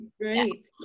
great